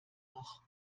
noch